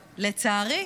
לצערי,